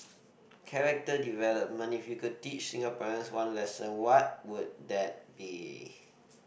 character development if you could teach Singaporeans one lesson what would that be